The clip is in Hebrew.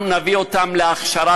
אנחנו נביא אותם להכשרה